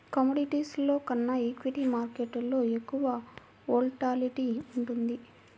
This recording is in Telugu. కమోడిటీస్లో కన్నా ఈక్విటీ మార్కెట్టులో ఎక్కువ వోలటాలిటీ ఉంటుంది